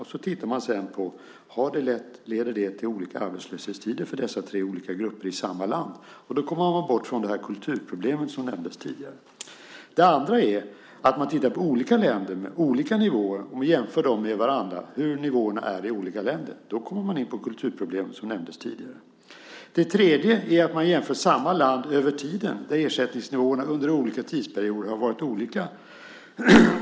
Man tittar på om detta leder till olika arbetslöshetstider för dessa tre olika grupper i samma land. Då kommer man bort från kulturproblemet som nämndes tidigare. Den andra typen är att man tittar på olika länder med olika nivåer och jämför dem med varandra, alltså hur nivåerna är i olika länder. Då kommer man in på kulturproblemet som nämndes tidigare. Den tredje typen är att man jämför samma land över tiden, där ersättningsnivåerna under olika tidsperioder har varit olika.